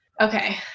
okay